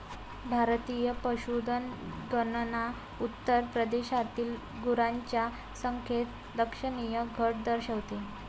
भारतीय पशुधन गणना उत्तर प्रदेशातील गुरांच्या संख्येत लक्षणीय घट दर्शवते